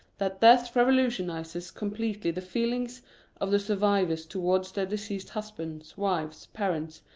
that death revolutionises completely the feelings of the survivors towards their deceased husbands, wives, parents,